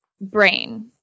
brain